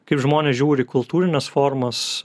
kaip žmonės žiūri kultūrines formas